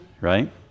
right